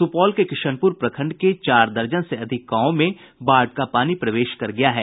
सुपौल के किशनपुर प्रखंड के चार दर्जन से अधिक गांवों में बाढ का पानी प्रवेश कर गया है